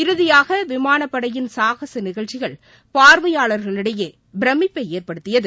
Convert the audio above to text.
இறுதியாக விமானப்படையின் சாகச நிகழ்ச்சிகள் பார்வையாளர்களிடையே பிரம்மிப்பை ஏற்படுத்தியது